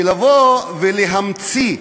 לבוא ולהמציא?